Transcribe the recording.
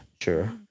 Sure